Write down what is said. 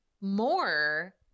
more